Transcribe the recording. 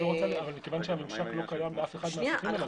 אבל מכיוון שהממשק לא קיים באף אחד מהסעיפים האלה,